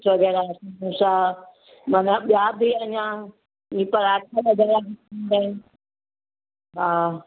माना ॿिया बि अञा इहे पराठा वग़ैरह बि थींदा आहिनि हा